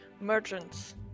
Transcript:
merchants